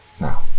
Now